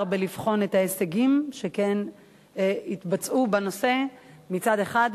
בלבחון את ההישגים שכן התבצעו בנושא מצד אחד,